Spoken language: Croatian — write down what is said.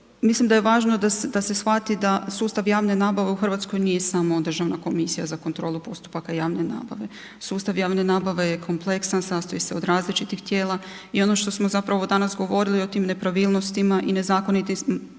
Mislim da je važno da se shvati da sustav javne nabave u Hrvatskoj nije samo Državna komisija za kontrolu postupaka javne nabave. Sustav javne nabave je kompleksan, sastoji se od različitih tijela i ono što smo zapravo danas govorili o tim nepravilnostima i nezakonitostima